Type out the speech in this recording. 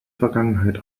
vergangenheit